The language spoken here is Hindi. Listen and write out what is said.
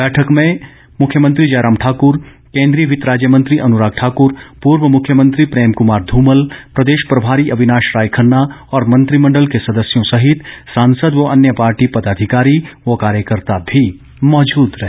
बैठक में मुख्यमंत्री जयराम ठाकर केंद्रीय वित्त राज्य मंत्री अनुराग ठाकर पूर्व मुख्यमंत्री प्रेम कुमार धूमल प्रदेश प्रभारी अविनाश राय खन्ना और मंत्रिमण्डल के सदस्यों सॉहित सांसद व अन्य पार्टी पदाधिकॉरी व कार्यकर्ता भी मौजूद रहे